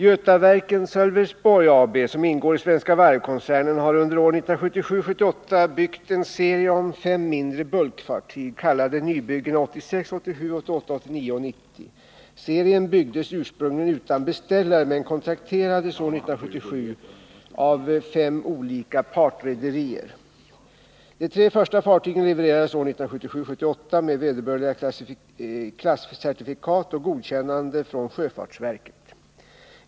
Götaverken Sölvesborgs AB, som ingår i Svenska Varv-koncernen, har under åren 1977-1980 byggt en serie om fem mindre bulkfartyg, kallade nybyggena 86, 87, 88, 89 och 90. Serien byggdes ursprungligen utan beställare men kontrakterades år 1977 av fem olika partrederier. De tre första fartygen levererades åren 1977-1978 med vederbörliga klasscertifikat och godkännanden från sjöfartsverket.